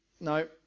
no